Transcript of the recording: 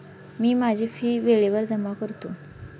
मी माझी फी वेळेवर जमा करतो